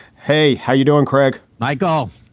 hey, how you doing, creg? my golf.